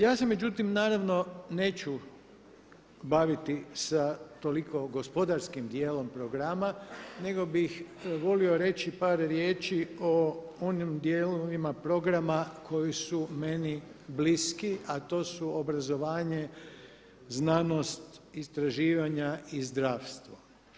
Ja se međutim naravno neću baviti sa toliko gospodarskim dijelom programa nego bih volio reći par riječi o onim dijelovima programa koji su meni bliski, a to su obrazovanje, znanost, istraživanja i zdravstvo.